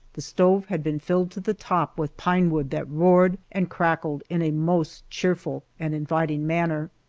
the stove had been filled to the top with pine wood that roared and crackled in a most cheerful and inviting manner.